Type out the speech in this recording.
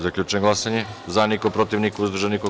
Zaključujem glasanje: za – niko, protiv – niko, uzdržanih – nema.